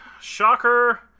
Shocker